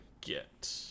get